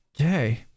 Okay